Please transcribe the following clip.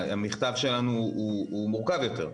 המכתב שלנו הוא מורכב יותר.